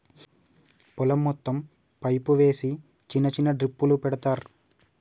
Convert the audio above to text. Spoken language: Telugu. పొలం మొత్తం పైపు వేసి చిన్న చిన్న డ్రిప్పులు పెడతార్